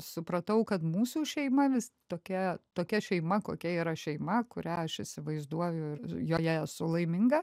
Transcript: supratau kad mūsų šeima vis tokia tokia šeima kokia yra šeima kurią aš įsivaizduoju joje esu laiminga